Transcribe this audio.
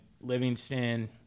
Livingston